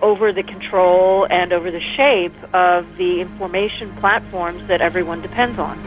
over the control and over the shape of the information platforms that everyone depends on.